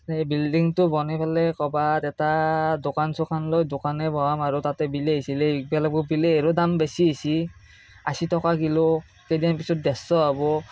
এই বিল্ডিংটো বনাই পেলাই ক'ৰবাত এটা দোকান চোকান লৈ দোকানেই বহাম আৰু তাতে বিলাহী চিলাহী বিকিব লাগিব বিলাহীৰো দাম বেছি হৈছে আশী টকা কিলো কেইদিনমান পিছত ডেৰশ হ'ব